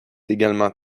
également